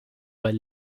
weil